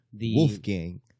Wolfgang